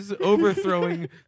overthrowing